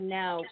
now